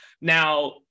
Now